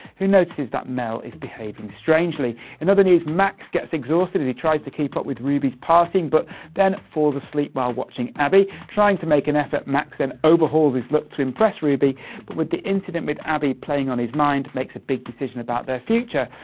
who notices that mel is behaving strangely. in other news, max gets exhausted as he tries to keep up with ruby's partying, but then falls asleep while watching abi. trying to make an effort, max then overhauls his look to impress ruby, but with the incident with abi playing on his mind, makes a big decision about their future.